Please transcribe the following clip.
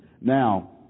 Now